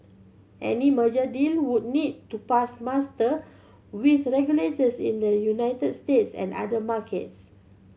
any merger deal would need to pass muster with regulators in the United States and other markets